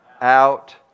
out